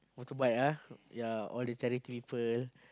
motorbike ah yea all the charity people